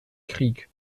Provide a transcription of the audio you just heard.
krieg